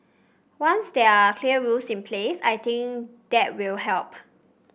once there are clear rules in place I think that will help